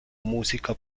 música